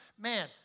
man